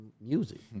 music